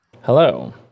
Hello